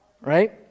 Right